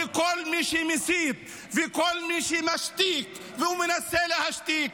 וכל מי שמסית וכל מי שמשתיק ומנסה להשתיק,